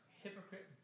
hypocrite